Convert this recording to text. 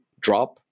Drop